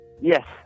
Yes